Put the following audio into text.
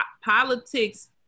politics